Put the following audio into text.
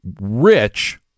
rich